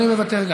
מוותר,